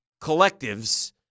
collectives